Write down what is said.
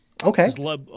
Okay